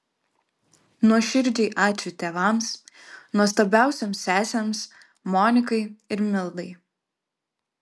nuoširdžiai ačiū tėvams nuostabiausioms sesėms monikai ir mildai